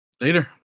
later